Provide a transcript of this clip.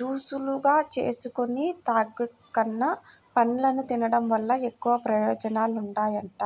జూసులుగా జేసుకొని తాగేకన్నా, పండ్లను తిన్డం వల్ల ఎక్కువ ప్రయోజనాలుంటాయంట